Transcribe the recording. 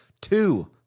two